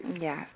Yes